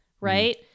right